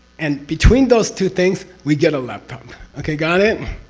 and between those two things we get a laptop. okay. got it?